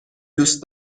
دوست